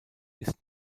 ist